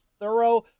thorough